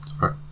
Right